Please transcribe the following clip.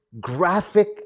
graphic